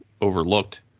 overlooked